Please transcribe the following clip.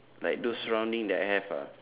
like those surrounding that I have ah